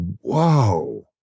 whoa